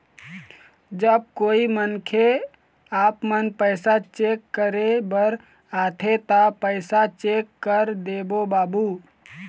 जब कोई मनखे आपमन पैसा चेक करे बर आथे ता पैसा चेक कर देबो बाबू?